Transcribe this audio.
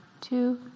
two